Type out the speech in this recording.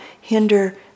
hinder